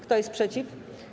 Kto jest przeciw?